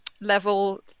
level